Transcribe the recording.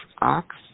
ox